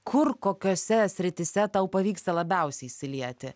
kur kokiose srityse tau pavyksta labiausiai įsilieti